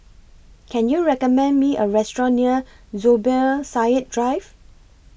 Can YOU recommend Me A Restaurant near Zubir Said Drive